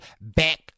back